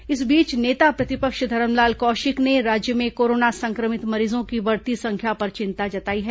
कौशिक बयान इस बीच नेता प्रतिपक्ष धरमलाल कौशिक ने राज्य में कोरोना संक्रमित मरीजों की बढ़ती संख्या पर चिंता जताई है